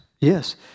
Yes